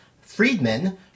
Friedman